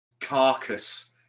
carcass